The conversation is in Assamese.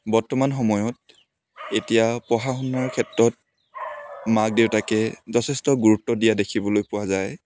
বৰ্তমান সময়ত এতিয়া পঢ়া শুনাৰ ক্ষেত্ৰত মাক দেউতাকে যথেষ্ট গুৰুত্ব দিয়া দেখিবলৈ পোৱা যায়